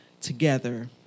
together